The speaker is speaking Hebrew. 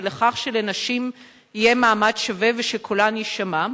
ולכך שלנשים יהיה מעמד שווה ושקולן יישמע.